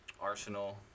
Arsenal